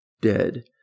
dead